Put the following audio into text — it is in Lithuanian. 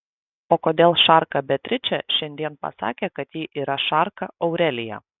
o kodėl šarka beatričė šiandien pasakė kad ji yra šarka aurelija